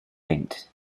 linked